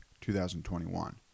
2021